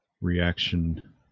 reaction